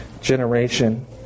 generation